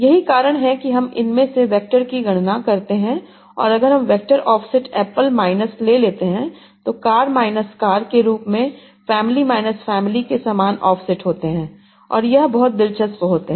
यही कारण है कि हम इनमें से वैक्टर की गणना करते हैं और अगर हम वेक्टर ऑफ़सेट ऐप्पल माइनस ले लेते हैं तो कार माइनस कार के रूप में फैमिली माइनस फैमिली के समान ऑफसेट होते हैं और यह बहुत दिलचस्प होते है